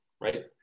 right